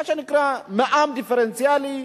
מה שנקרא "מע"מ דיפרנציאלי".